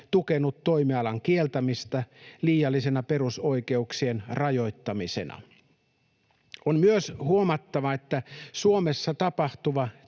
tukenut toimialan kieltämistä liiallisena perusoikeuksien rajoittamisena. On myös huomattava, ettei Suomessa tapahtuva